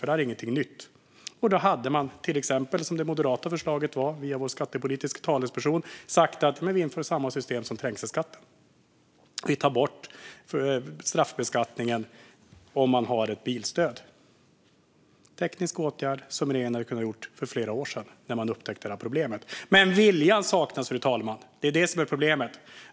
Detta är nämligen inte något nytt. Man hade till exempel, som i det moderata förslag som kom via vår skattepolitiska talesperson, kunnat säga att man skulle införa samma system som trängselskatten och ta bort straffbeskattningen för dem som har ett bilstöd. Det är en teknisk åtgärd som regeringen hade kunnat göra för flera år sedan när man upptäckte problemet, men viljan saknas, fru talman. Det är detta som är problemet.